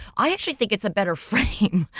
i actually think it's a better frame.